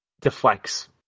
deflects